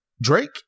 Drake